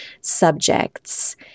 subjects